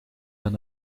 aan